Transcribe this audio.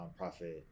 nonprofit